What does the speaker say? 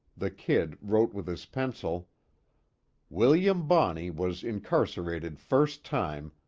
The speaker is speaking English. the kid wrote with his pencil william bonney was incarcerated first time,